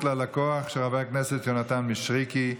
ללקוח) של חבר הכנסת יונתן מישרקי.